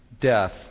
death